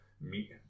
meat